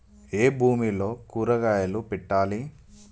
ఏ భూమిలో కూరగాయలు పెట్టాలి?